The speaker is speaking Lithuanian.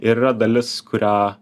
ir yra dalis kurią